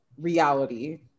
reality